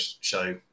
show